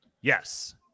Yes